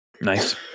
Nice